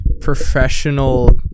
Professional